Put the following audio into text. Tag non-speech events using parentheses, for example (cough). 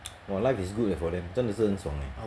(noise) !wah! life is good eh for them 真的是很爽 eh